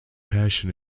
passion